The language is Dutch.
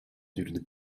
duurde